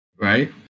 Right